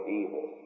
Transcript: evil